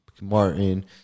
Martin